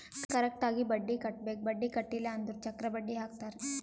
correct ಆಗಿ ಬಡ್ಡಿ ಕಟ್ಟಬೇಕ್ ಬಡ್ಡಿ ಕಟ್ಟಿಲ್ಲ ಅಂದುರ್ ಚಕ್ರ ಬಡ್ಡಿ ಹಾಕ್ತಾರ್